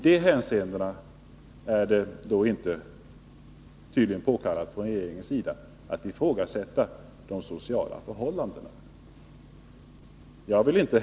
Regeringen anser det tydligen inte vara av behovet påkallat att ifrågasätta de sociala förhållandena i Polen.